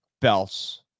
belts